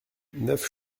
neuf